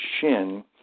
shin